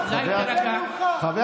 חבר